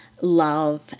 love